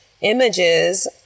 images